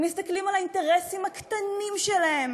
הם מסתכלים על האינטרסים הקטנים שלהם